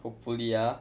hopefully ah